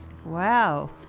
Wow